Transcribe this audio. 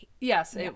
Yes